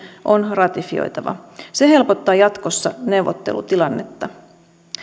on ratifioitava se helpottaa jatkossa neuvottelutilannetta